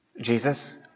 Jesus